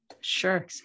Sure